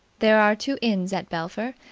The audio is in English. there are two inns at belpher,